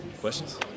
Questions